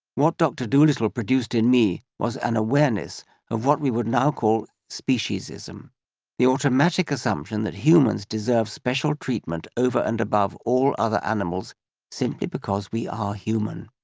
what dr dolittle produced in me was an awareness of what we would now call speciesism the automatic assumption that humans deserve special treatment over and above all other animals simply because we are human.